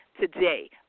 today